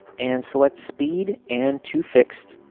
and select speed and tofixed,